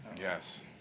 Yes